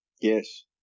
Yes